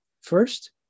First